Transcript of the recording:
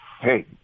Hey